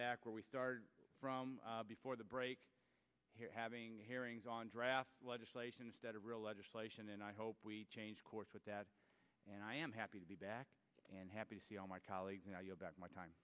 back where we started from before the break here having hearings on draft legislation instead of real legislation and i hope we change course with that and i am happy to be back and happy to see all my colleagues now you're back my time